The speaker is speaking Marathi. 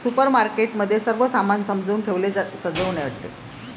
सुपरमार्केट मध्ये सर्व सामान सजवुन ठेवले राहतात